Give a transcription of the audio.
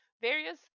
Various